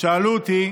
שאלו אותי: